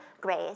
grace